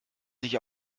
sich